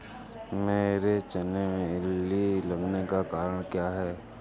मेरे चने में इल्ली लगने का कारण क्या है?